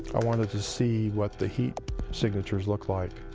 i wanted to see what the heat signatures looked like.